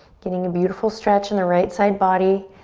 getting a beautiful stretch in the right side body.